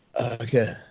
Okay